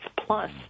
Plus